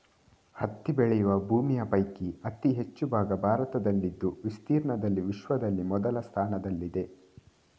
ಹತ್ತಿ ಬೆಳೆಯುವ ಭೂಮಿಯ ಪೈಕಿ ಅತಿ ಹೆಚ್ಚು ಭಾಗ ಭಾರತದಲ್ಲಿದ್ದು ವಿಸ್ತೀರ್ಣದಲ್ಲಿ ವಿಶ್ವದಲ್ಲಿ ಮೊದಲ ಸ್ಥಾನದಲ್ಲಿದೆ